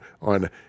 on